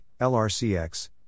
LRCX